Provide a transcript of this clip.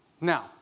Now